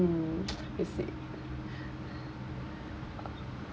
mm is it